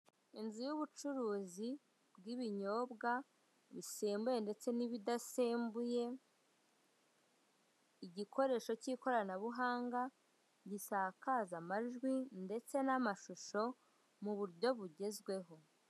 Inzu y'ubucuruzi bw'ibinyobwa bisembuye ndetse n'ibidasembuye, igikoresho k'ikoranabuhanga gisakaza amajwi n'amashusho mu buryo bugezweho.